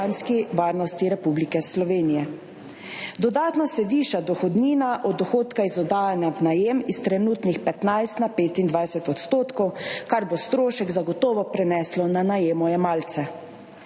varnosti Republike Slovenije. Dodatno se viša dohodnina od dohodka iz oddajanja v najem iz trenutnih 15 na 25 odstotkov, kar bo strošek zagotovo preneslo na najemojemalce.